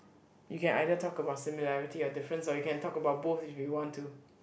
you can either talk about similarity or difference or you can talk about both if you want to